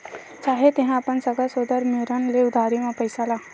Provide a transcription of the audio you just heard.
चाहे तेंहा अपन सगा सोदर मेरन ले उधारी म पइसा ला